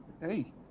Hey